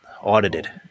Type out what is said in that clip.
audited